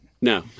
No